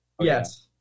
Yes